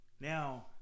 Now